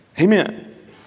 Amen